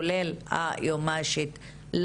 כולל מהיועצת המשפטית לממשלה,